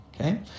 Okay